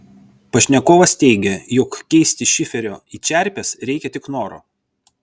pašnekovas teigia jog keisti šiferio į čerpes reikia tik noro